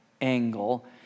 angle